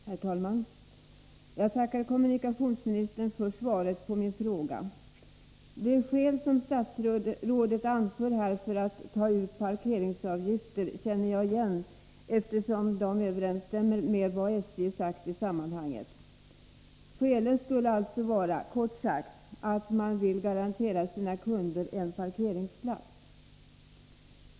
Herr talman! Jag tackar kommunikationsministern för svaret på min fråga. Det skäl som statsrådet anför för att ta ut parkeringsavgifter känner jag igen, eftersom det överensstämmer med vad SJ har sagt i sammanhanget. Skälet skulle alltså kort sagt vara att SJ vill garantera sina kunder en parkeringsplats.